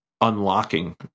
unlocking